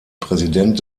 präsident